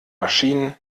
maschinen